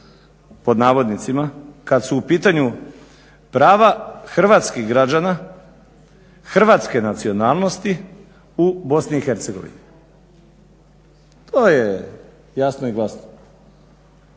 pod navodnicima kad su u pitanju prava hrvatskih građana hrvatske nacionalnosti u BiH. To je jasno i glasno.